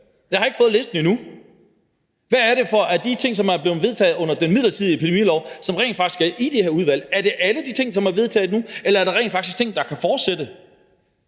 Jeg har ikke fået listen endnu. Hvad er det af de ting, som er blevet vedtaget under den midlertidige epidemilov, som rent faktisk skal i det her udvalg? Er det alle de ting, som er vedtaget nu, eller er der rent faktisk ting, der kan fortsætte?